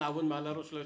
נעבוד מעל ראש הרשות?